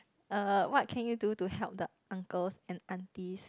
err what can you do to help the uncles and aunties